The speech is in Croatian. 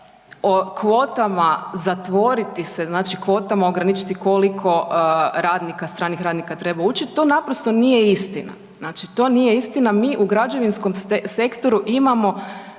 o kvotama zatvoriti se, znači kvotama ograničiti koliko radnika, stranih radnika treba ući, to naprosto nije istina. Mi u građevinskom sektoru imamo